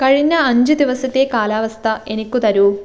കഴിഞ്ഞ അഞ്ച് ദിവസത്തെ കാലാവസ്ഥ എനിക്ക് തരൂ